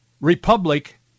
Republic